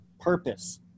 purpose